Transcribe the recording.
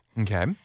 Okay